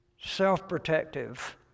self-protective